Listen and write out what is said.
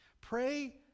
Pray